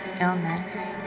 illness